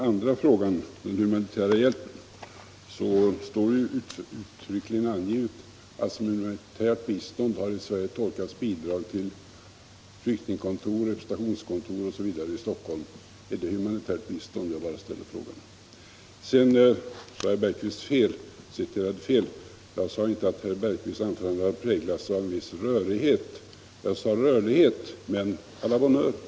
Vad beträffar den humanitära hjälpen står det ju uttryckligen angivet att som humanitärt bistånd har i Sverige tolkats bidrag till flyktingkontor, representationskontor osv. i Stockholm. Är det humanitärt bistånd? Jag bara ställer frågan. Sedan citerade herr Bergqvist mig fel. Jag har inte sagt att hans anförande präglades av viss rörighet. Jag sade rörlighet — men å la bonne heure!